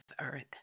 Earth